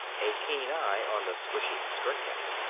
a keen eye on the swishing skirt hem.